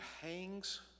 hangs